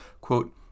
Quote